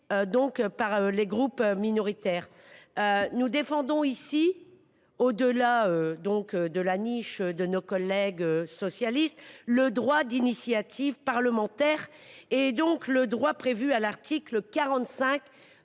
par les groupes minoritaires. Nous défendons ici, au delà de la « niche » de nos collègues socialistes, le droit d’initiative parlementaire, prévu à l’article 45